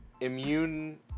immune